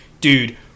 dude